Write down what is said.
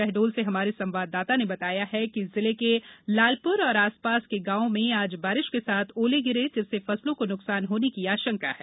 शहडोल से हमारे संवाददाता ने बताया है कि जिले के लालपुर और आसपास के गांवों में आज बारिश के साथ ओले गिरे जिससे फसलों को नुकसान होने की आशंका है